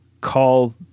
call